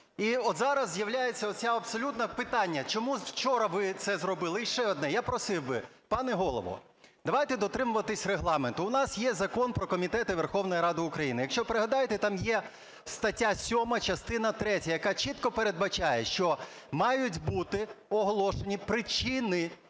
і от зараз з'являється оце абсолютно питання: чому вчора ви це зробили? І ще одне. Я просив би, пане Голово, давайте дотримуватися Регламенту. У нас є Закон "Про комітети Верховної Ради України". Якщо пригадаєте, там є стаття 7, частина третя, яка чітко передбачає, що мають бути оголошені причини,